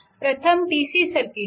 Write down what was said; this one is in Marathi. प्रथम DC सर्किटसाठी